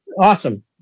awesome